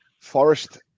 forest